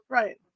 right